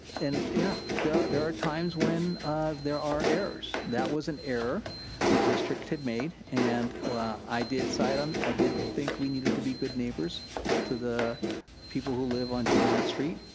and yeah there are times when there are errors. that was an error the district had made, and i did side on, i did think we needed to be good neighbors to the people who live on joann street,